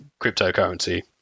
cryptocurrency